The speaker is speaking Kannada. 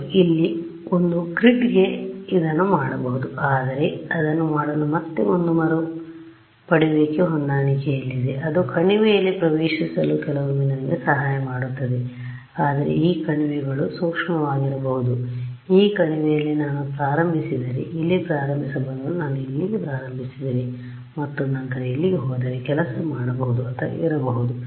ಹೌದು ಇಲ್ಲಿ ಒಂದು ಗ್ರಿಡ್ಗೆ ಇದನ್ನು ಮಾಡಬಹುದು ಆದರೆ ಅದನ್ನು ಮಾಡಲು ಮತ್ತೆ ಒಂದು ಮರುಪಡೆಯುವಿಕೆ ಹೊಂದಾಣಿಕೆಯಲ್ಲಿದೆ ಅದು ಕಣಿವೆಯಲ್ಲಿ ಪ್ರವೇಶಿಸಲು ಕೆಲವೊಮ್ಮೆ ನಮಗೆ ಸಹಾಯ ಮಾಡುತ್ತದೆ ಆದರೆ ಈ ಕಣಿವೆಗಳು ಸೂಕ್ಷ್ಮವಾಗಿರಬಹುದು ಈ ಕಣಿವೆಯಲ್ಲಿ ನಾನು ಪ್ರಾರಂಭಿಸಿದರೆ ಇಲ್ಲಿ ಪ್ರಾರಂಭಿಸುವ ಬದಲು ನಾನು ಇಲ್ಲಿಗೆ ಪ್ರಾರಂಭಿಸಿದೆ ಮತ್ತು ನಂತರ ಇಲ್ಲಿಗೆ ಹೋದರೆ ಕೆಲಸ ಮಾಡಬಹುದು ಅಥವಾ ಇರಬಹುದು